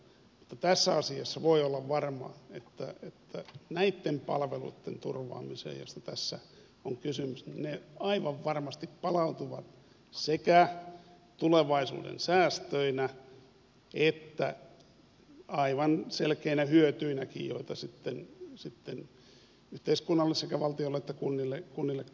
mutta tässä asiassa voi olla varma että näitten palveluitten turvaamiseen joista tässä on kysymys ne aivan varmasti palautuvat sekä tulevaisuuden säästöinä että aivan selkeinä hyötyinäkin joita sitten yhteiskunnalle sekä valtiolle että kunnille koituu